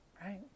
right